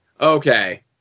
Okay